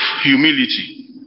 humility